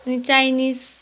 Chinese